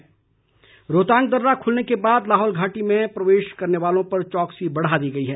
रोहतांग दर्रा रोहतांग दर्रा खुलने के बाद लाहौल घाटी में प्रवेश करने वालो पर चौकसी बढ़ा दी गई है